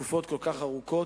לתקופות כל כך ארוכות.